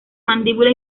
mandíbula